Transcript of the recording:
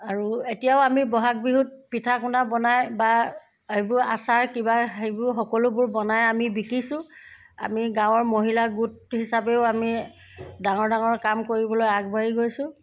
আৰু এতিয়াও আমি ব'হাগ বিহুত পিঠা পনা বনাই বা সেইবোৰ আচাৰ কিবা সেইবোৰ সকলোবোৰ বনাই আমি বিকিছো আমি গাঁৱৰ মহিলা গোট হিচাপেও আমি ডাঙৰ ডাঙৰ কাম কৰিবলৈ আগবাঢ়ি গৈছো